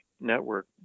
network